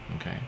okay